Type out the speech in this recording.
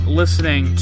listening